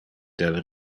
del